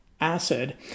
acid